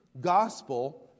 gospel